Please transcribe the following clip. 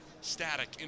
static